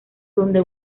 donde